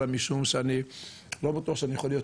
אלא משום שאני לא בטוח שאני יכול להיות